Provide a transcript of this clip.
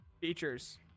features